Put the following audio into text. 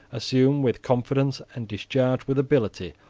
assume with confidence, and discharge with ability,